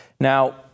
Now